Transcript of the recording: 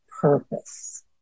purpose